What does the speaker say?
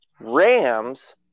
Rams